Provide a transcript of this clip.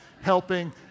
helping